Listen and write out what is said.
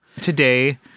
today